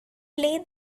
play